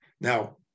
Now